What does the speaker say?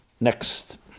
Next